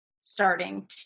starting